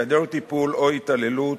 היעדר טיפול או התעללות,